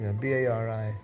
B-A-R-I